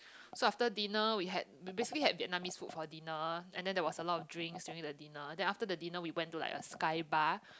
so after dinner we had we basically had Vietnamese food for dinner and then there was a lot of drinks during the dinner then after the dinner we went to like a sky bar